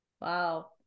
Wow